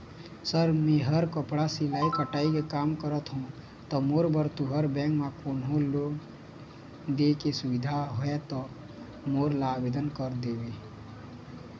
Sir मेहर कपड़ा सिलाई कटाई के कमा करत हों ता मोर बर तुंहर बैंक म कोन्हों लोन दे के सुविधा हे ता मोर ला आवेदन कर देतव?